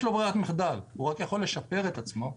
יש לו ברירת מחדל, הוא רק יכול לשפר את עצמו.